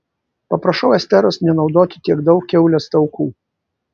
paprašau esteros nenaudoti tiek daug kiaulės taukų